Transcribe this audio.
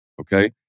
okay